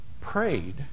prayed